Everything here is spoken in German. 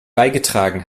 beigetragen